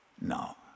No